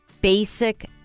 basic